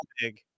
big